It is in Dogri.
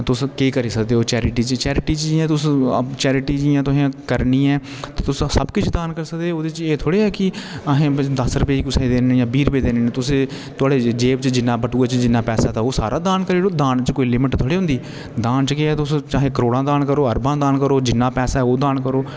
तुस के करी सकदे हो चैरिटी च चैरिटी च इ'यां तुस चैरिटी जियां तोहे करनी ऐ ते तुस सब किश दान करी सकदे ओह्दे च ऐ थोह्ड़े ऐ की आहे दस रुपए कुसे दी देने जां बीह् रुपए देने न तुस तोहाड़े जेब च बटुए च जिन्ना पैसा सारा दान करी ओड़ो दान च कोई लिमिट थोड़ी होंदी दान च के ऐ चाहे तुस करोड़ दान करो अरबा दान करो जिन्ना पैसा ऐ सारा दान करो